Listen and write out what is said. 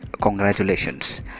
congratulations